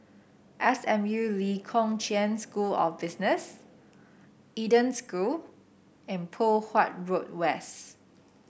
S M U Lee Kong Chian School of Business Eden School and Poh Huat Road West